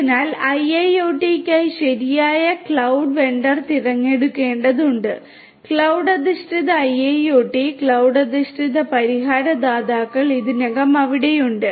അതിനാൽ IIoT യ്ക്കായി ശരിയായ ക്ലൌഡ് വെണ്ടർ തിരഞ്ഞെടുക്കേണ്ടതുണ്ട് ക്ലൌഡ് അധിഷ്ഠിത IIoT ക്ലൌഡ് അധിഷ്ഠിത പരിഹാര ദാതാക്കൾ ഇതിനകം അവിടെയുണ്ട്